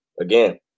again